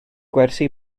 gwersi